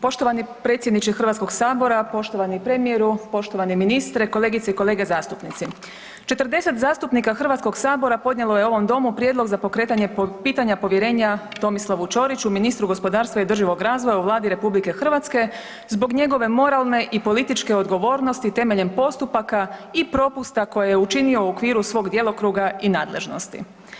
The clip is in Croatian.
Poštovani predsjedniče Hrvatskog sabora, poštovani premijeru, poštovani ministre, kolegice i kolege zastupnici, 40 zastupnika Hrvatskog sabora podnijelo je ovom domu prijedlog za pokretanja pitanja povjerenja Tomislavu Ćoriću, ministru gospodarstva i održivog razvoja u Vladi RH zbog njegove moralne i političke odgovornosti temeljem postupaka i propusta koje je učinio u okviru svog djelokruga i nadležnosti.